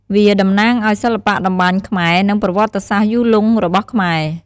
វាតំណាងឲ្យសិល្បៈតម្បាញខ្មែរ និងប្រវត្តិសាស្ត្រយូរលង់របស់ខ្មែរ។